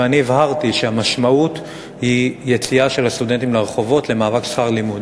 ואני הבהרתי שהמשמעות היא יציאה של הסטודנטים לרחובות למאבק שכר לימוד.